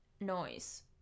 Noise